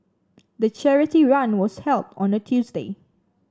the charity run was held on a Tuesday